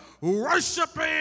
worshiping